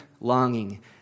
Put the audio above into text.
longing